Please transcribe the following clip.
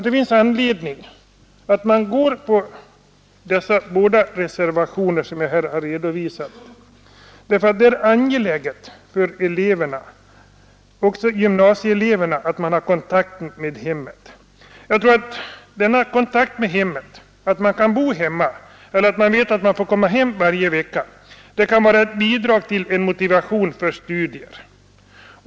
Det finns anledning att bifalla de två reservationer som jag nu har redovisat enär det för gymnasieeleverna är nödvändigt att kunna få behålla det nära sambandet med hemmet. Jag tror att den kontakten, eller vetskapen att man åtminstone kan få komma hem varje vecka, kan öka motivationen för studier.